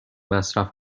مصرف